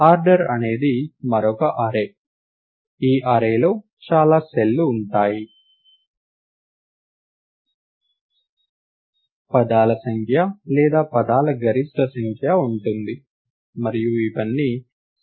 order అనేది మరొక array ఈ అర్రేలో చాలా సెల్లు ఉన్నాయి పదాల సంఖ్య లేదా పదాల గరిష్ట సంఖ్య ఉన్నాయి మరియు అవన్నీ 0కి ఇనీషలైజ్ చేయబడతాయి